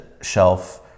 shelf